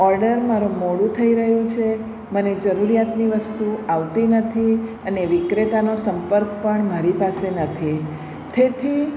order મારો મોડું થઇ રહ્યું છે મને જરૂરિયાતની વસ્તુ આવતી નથી અને વિક્રેતાનો સંપર્ક પણ મારી પાસે નથી તેથી